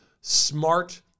smart